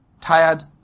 tired